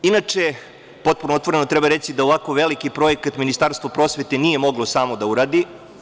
Inače, potpuno otvoreno treba reći da ovako veliki projekat Ministarstvo prosvete nije moglo samo da uradi.